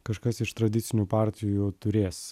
kažkas iš tradicinių partijų turės